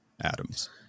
atoms